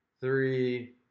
three